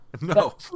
no